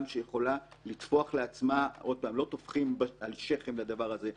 שיכולה לטפוח לעצמה לא טופחים על שכם בדבר הזה,